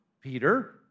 Peter